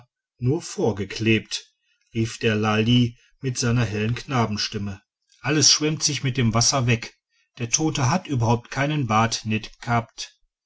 nur vorgeklebt rief der lalli mit seiner hellen knabenstimme alles schwemmt sich mit dem wasser weg der tote hat überhaupt keinen bart net g'habt